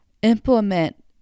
implement